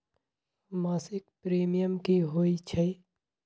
मासिक प्रीमियम की होई छई?